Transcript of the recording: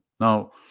Now